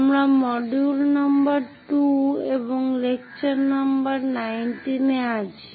আমরা module number 2 এবং lecture number 19 আছি